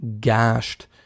gashed